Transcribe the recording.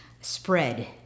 spread